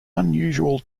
unusual